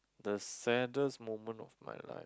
the saddest moment of my life